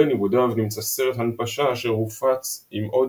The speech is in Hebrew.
בין עיבודיו נמצא סרט הנפשה אשר הופץ עם עוד